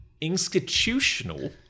institutional